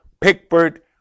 Pickford